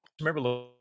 Remember